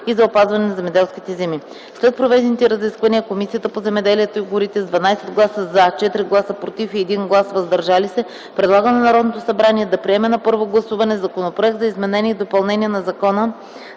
и за опазване на земеделските земи. След проведените разисквания Комисията по земеделието и горите с 12 гласа „за”, 4 гласа „против” и 1 глас „въздържали се” предлага на Народното събрание да приеме на първо гласуване законопроект за изменение и допълнение на Закона